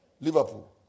Liverpool